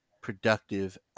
productive